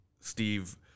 steve